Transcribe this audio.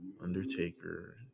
undertaker